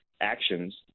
actions